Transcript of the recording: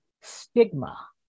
stigma